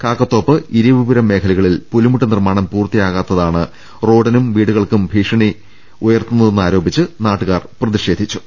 കാക്കത്തോപ്പ് ഇരവിപുരം മേഖലകളിൽ പുലിമുട്ട് നിർമ്മാണം പൂർത്തിയാക്കാത്തതാണ് റോഡിനും വീടുകൾക്കും ഭീഷണിയുയർത്തുന്നതെന്നാരോപിച്ച് നാട്ടുകാർ പ്രതിഷേധിച്ചു